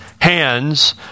hands